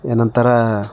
ಏನಂತಾರ